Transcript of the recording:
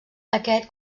aquest